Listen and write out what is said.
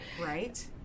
Right